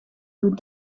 hoe